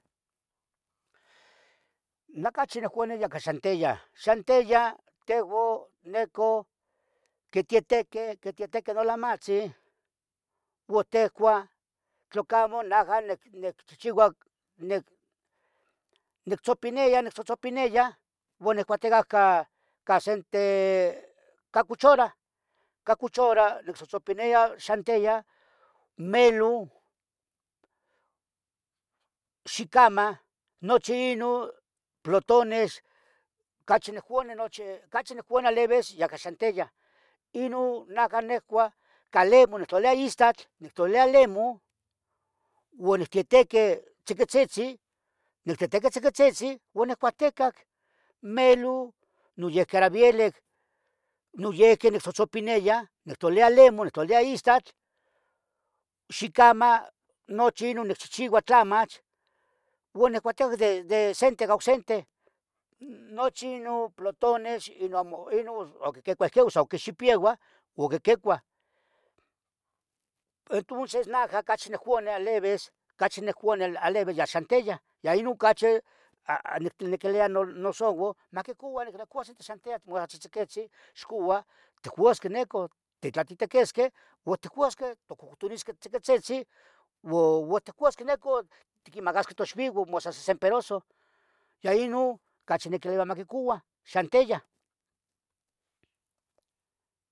Na cachi nicoua ne yaca xantiyan, xantiyah tehoun. necou, quitietequih, quitietequi nolamatzin uon tecouah. tlocamo najah nic, nicchihchiua ica, nic. nictzopiniya. nictzotzopiniya uon niccuahtica, ca sente ca cuchorah, ica. cuchorah nictzohtzopiniya xantiyah, melun, xicama, nichi inun, plotones. cachi nihcouoni, nochi cachi nihcouoni alivis ya ca xantiyah Inun najah nehcoua ca lemon, nehtlolia istatl, nehtlalia lemon. uon nihtietique tziquitzitzin, nictietiqui tziquitzitzin uon. nihcuahticac, melun, noyihqui ara vielic, noyihqui. nictzohtzopeniya, nectlolilia lemon, nectlolilia istatl Xicama nochi inun nicchihchiua tlamach uon niccuhtecah. de sente a oc sente nochi inun plotones, inu amo, inu. oc quiquicuah ihqui oc quixipieuah o qui- quicuah Entunces najah cachi niccoua alivis, cachi niccoua alivis ya xantiyah, ya inun cachia, ah, niquilia no, nnosouau, maquicoua, niquilia coua. xantiyah mas tzihtziquitzin ixcoua, ticouasque neco, titlateteqesqueh. uon ticcuasqueh, tocohcotunisqueh tziquitzitzin, uon ticcuasqueh. neco, tiquimacasqueh toxvivan mas san sesen perasoh, ya inun. cachi niquiluia maquicoua, xantiyah.